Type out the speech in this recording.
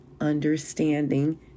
understanding